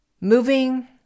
moving